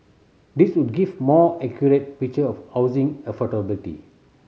these would give more accurate picture of housing affordability